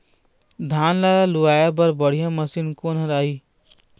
धान ला लुआय बर बढ़िया मशीन कोन हर आइ?